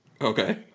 Okay